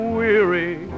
weary